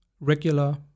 regular